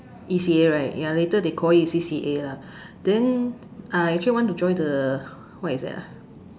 E_C_A right ya later they call it C_C_A lah then I actually want to join the what is that ah